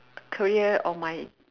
career or mind